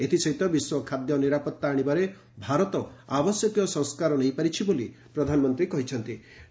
ଏଥିସହିତ ବିଶ୍ୱ ଖାଦ୍ୟ ନିରାପତ୍ତା ଆଣିବାରେ ଭାରତ ଆବଶ୍ୟକୀୟ ସଂସ୍କାର ନେଇପାରିଛି ବୋଲି ପ୍ରଧାନମନ୍ତ୍ରୀ କହିଚ୍ଚନ୍ତି